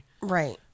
right